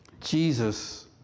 Jesus